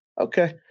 Okay